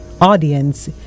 audience